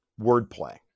wordplay